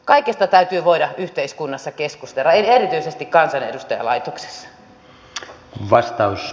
kaikesta täytyy voida yhteiskunnassa keskustella erityisesti kansanedustajalaitoksessa